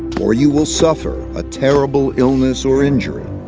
or you will suffer a terrible illness or injury,